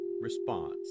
response